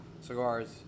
cigars